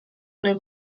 nel